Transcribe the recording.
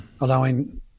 allowing